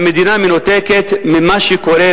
המדינה מנותקת ממה שקורה,